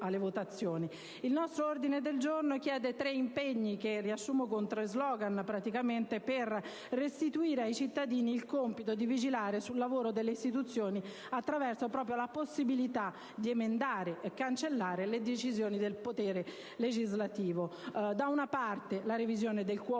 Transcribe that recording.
Il nostro ordine del giorno chiede tre impegni, che riassumo con tre *slogan*, praticamente, per restituire ai cittadini il compito di vigilare sul lavoro delle istituzioni, attraverso proprio la possibilità di emendare e di cancellare le decisioni del potere legislativo: l'abolizione del